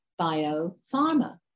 biopharma